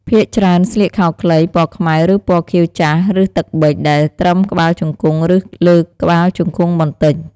ភាគច្រើនស្លៀកខោខ្លី ពណ៌ខ្មៅ ឬពណ៌ខៀវចាស់ឬ ទឹកប៊ិច ដែលត្រឹមក្បាលជង្គង់ ឬលើក្បាលជង្គង់បន្តិច។